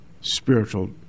spiritual